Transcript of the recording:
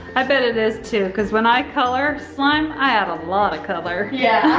i bet it is to, cause when i color slime i add a lot of color. yeah.